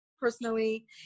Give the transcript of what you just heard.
Personally